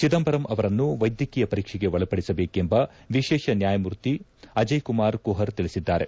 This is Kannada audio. ಚಿದಂಬರಂ ಅವರನ್ನು ವೈದ್ಯಕೀಯ ಪರೀಕ್ಷೆಗೆ ಒಳಪಡಿಸಬೇಕೆಂದು ವಿಶೇಷ ನ್ಯಾಯಮೂರ್ತಿ ಅಜಯ್ಕುಮಾರ್ ಕುಪರ್ ತಿಳಿಸಿದ್ದಾರೆ